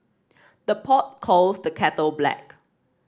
the pot calls the kettle black